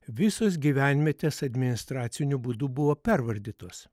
visos gyvenvietės administraciniu būdu buvo pervardytos